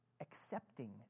accepting